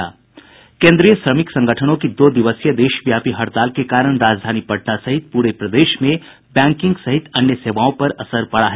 केन्द्रीय श्रमिक संगठनों की दो दिवसीय देशव्यापी हड़ताल के कारण राजधानी पटना सहित पूरे प्रदेश में बैंकिंग सहित अन्य सेवाओं पर असर पड़ा